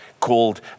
called